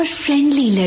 friendly